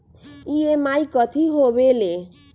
EMI कथी होवेले?